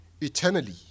eternally